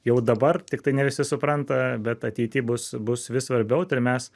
jau dabar tiktai ne visi supranta bet ateity bus bus vis svarbiau tai ar mes